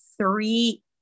three